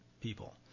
people